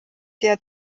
der